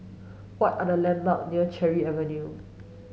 what are the landmarks near Cherry Avenue